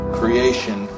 creation